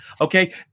Okay